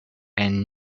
and